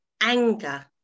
anger